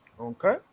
Okay